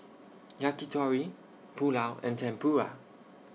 Yakitori Pulao and Tempura